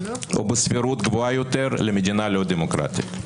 או בסבירות גבוהה יותר למדינה לא דמוקרטית.